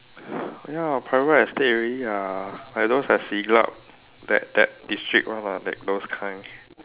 ya private estate already ah like those at Siglap that that district one lah like those kind